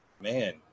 man